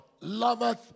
loveth